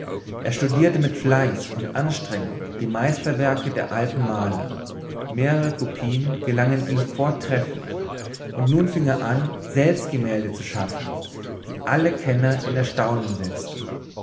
er studierte mit fleiß und anstrengung die meisterwerke der alten maler mehrere kopien gelangen ihm vortrefflich und nun fing er an selbst gemälde zu schaffen die alle kenner in erstaunen setzten